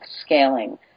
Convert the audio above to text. scaling